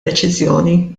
deċiżjoni